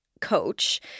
coach